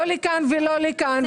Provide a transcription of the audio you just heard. לא לכאן ולא לכאן.